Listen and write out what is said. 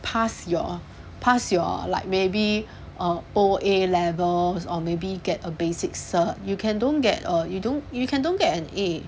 pass your pass your like maybe err O A levels or maybe get a basic cert you can don't get err you don't you can don't get an A